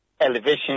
elevation